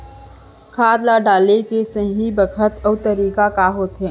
खाद ल डाले के सही बखत अऊ तरीका का होथे?